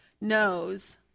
knows